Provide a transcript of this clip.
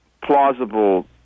plausible